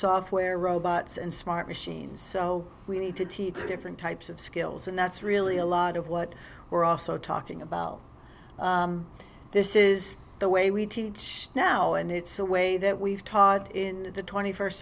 software robots and smart machines so we need to teach different types of skills and that's really a lot of what we're also talking about this is the way we teach now and it's a way that we've taught in the twenty first